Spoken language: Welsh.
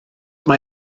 mae